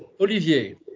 olivier